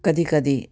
कधी कधी